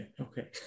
okay